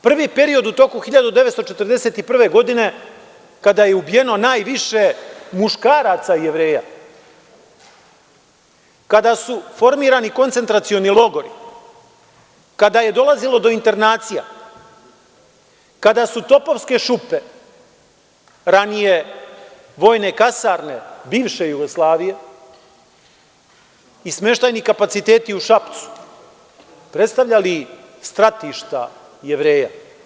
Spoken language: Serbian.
Prvi period, u toku 1941. godine kada je ubijeno najviše muškaraca Jevreja, kada su formirani koncentracioni logori, kada je dolazilo do internacija, kada su topovske šupe, ranije vojne kasarne bivše Jugoslavije i smeštajni kapaciteti u Šapcu predstavljali stratišta Jevreja.